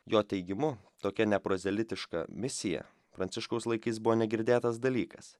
jo teigimu tokia neprozelitiška misija pranciškaus laikais buvo negirdėtas dalykas